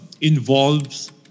involves